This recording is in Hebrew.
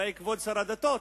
אולי כבוד שר הדתות,